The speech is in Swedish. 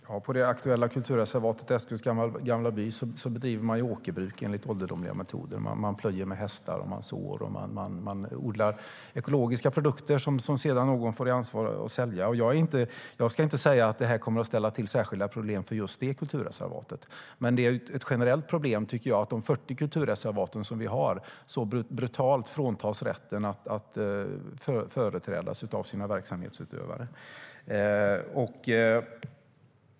Fru talman! I det aktuella kulturreservatet, Äskhults gamla by, bedrivs åkerbruk enligt ålderdomliga metoder. Man plöjer med hästar, man sår och man odlar ekologiska produkter som någon sedan får ansvar för att sälja. Jag ska inte säga att det här kommer att ställa till särskilda problem för just det kulturreservatet. Men det är ett generellt problem att våra 40 kulturreservat så brutalt fråntas rätten att företrädas av sina verksamhetsutövare.